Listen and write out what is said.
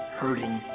hurting